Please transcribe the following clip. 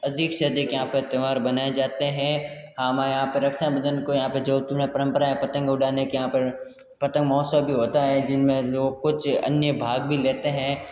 अधिक से अधिक यहाँ पर त्यौहार बनाए जाते हैं हमारे यहाँ पर रक्षाबंधन को यहाँ पे जो तुम्हें परम्परा है पतंग उड़ाने के यहाँ पर प्रथम महोत्सव भी होता है जिनमें लोग कुछ अन्य भाग भी लेते हैं